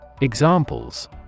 Examples